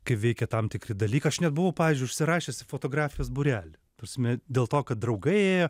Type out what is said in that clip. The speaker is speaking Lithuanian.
kaip veikia tam tikri dalykai aš net buvau pavyzdžiui užsirašęs fotografijos būrelį prasme dėl to kad draugai ėjo